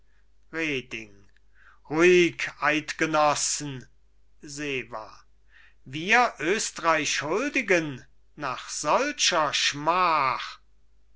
eidgenossen sewa wir östreich huldigen nach solcher schmach